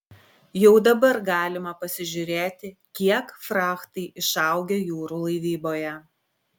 jau dabar galima pasižiūrėti kiek frachtai išaugę jūrų laivyboje